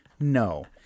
No